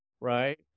Right